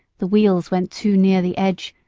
the wheels went too near the edge,